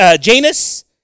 Janus